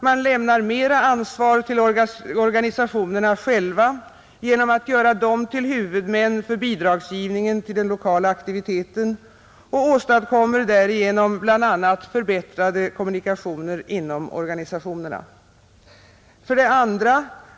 Man lämnar mera ansvar till organisationerna själva genom att göra dem till huvudmän för bidragsgivningen till den lokala aktiviteten och åstadkommer därigenom förbättrade kommunikationer inom organisationerna, 2.